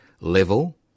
level